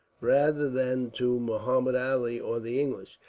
rather than to muhammud ali or the english,